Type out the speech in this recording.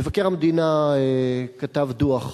מבקר המדינה כתב דוח,